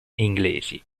inglesi